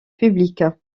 public